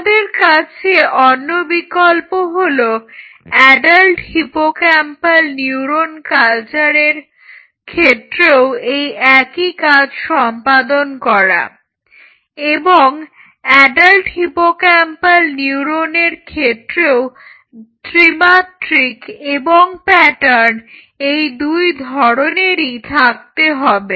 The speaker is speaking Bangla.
আমাদের কাছে অন্য বিকল্প হলো অ্যাডাল্ট হিপোক্যাম্পাল নিউরন কালচারের ক্ষেত্রেও এই একই কাজ সম্পাদন করা এবং অ্যাডাল্ট হিপোক্যাম্পাল নিউরন কালচারের ক্ষেত্রেও ত্রিমাত্রিক এবং প্যাটার্ন এই দুই ধরনেরই থাকতে হবে